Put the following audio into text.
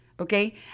Okay